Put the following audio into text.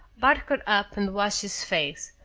bart got up and washed his face,